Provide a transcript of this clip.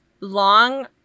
long